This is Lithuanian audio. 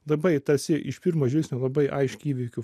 labai tarsi iš pirmo žvilgsnio labai aiški įvykių